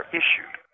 issued